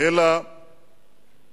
אלא צבא